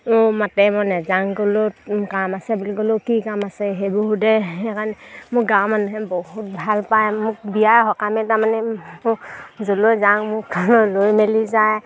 কাম আছে বুলি ক'লেও কি কাম আছে সেইবোৰ সোধে সেইকাৰণে মোৰ গাঁৱৰ মানুহে বহুত ভাল পায় মোক বিয়া সকামে তাৰমানে যাওঁ মোক লৈ মেলি যায়